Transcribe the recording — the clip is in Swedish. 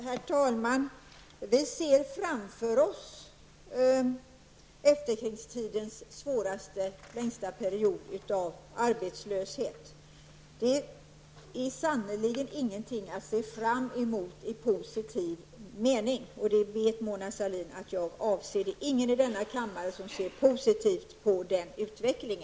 Herr talman! Vi ser framför oss efterkrigstidens svåraste och längsta period av arbetslöshet. Det är sannerligen ingenting att se fram emot i positiv mening, och det vet Mona Sahlin att jag anser. Det är ingen i denna kammare som ser positivt på denna utveckling.